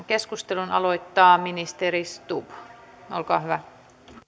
keskustelun aloittaa ministeri stubb olkaa hyvä